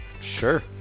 Sure